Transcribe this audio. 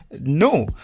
No